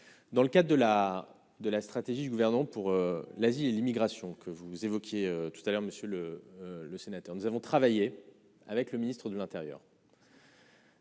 Dans le cas de la de la stratégie du gouvernement pour l'Asie et l'immigration, que vous évoquiez tout à l'heure monsieur le le sénateur, nous avons travaillé avec le ministre de l'Intérieur.